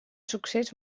succés